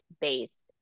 based